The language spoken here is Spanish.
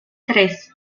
tres